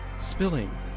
spilling